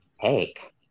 Take